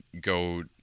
go